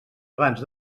abans